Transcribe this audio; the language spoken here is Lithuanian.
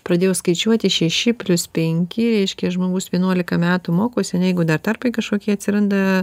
pradėjau skaičiuoti šeši plius penki reiškia žmogus vienuolika metų mokosi ane jeigu dar tarpai kažkokie atsiranda